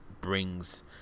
brings